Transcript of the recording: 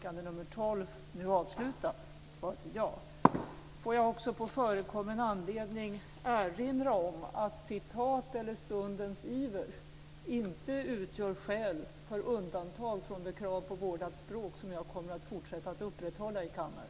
Får jag på förekommen anledning erinra om att citat eller stundens iver inte utgör skäl för undantag från det krav på vårdat språk som jag kommer att fortsätta att upprätthålla i kammaren.